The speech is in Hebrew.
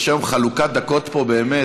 יש היום חלוקת דקות פה באמת,